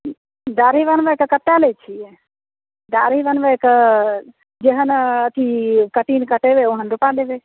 दाढ़ी बनबैके कतेक लै छियै दाढ़ी बनबैके जेहन अथी कटिन कटेबै ओहन रूपा देबै